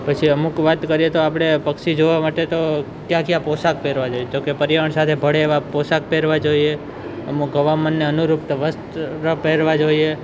પછી અમુક વાત કરીએ તો આપણે પક્ષી જોવા માટે તો કયા કયા પોષાક પહેરવા જોઈએ તો કે પર્યાવરણ સાથે ભળે એવા પોષાક પહેરવા જોઈએ અમુક હવામાનને અનુરૂપ વસ્ત્રો પહેરવા જોઈએ